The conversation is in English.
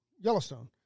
yellowstone